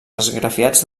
esgrafiats